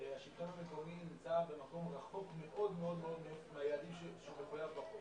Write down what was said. השלטון המקומי נמצא במקום רחוק מאוד מאוד מאוד מהיעדים בחוק.